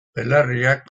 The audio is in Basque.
belarriak